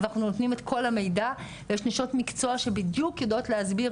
אבל אנחנו נותנים את כל המידע ויש אנשי מקצוע שבדיוק יודעים להגיד,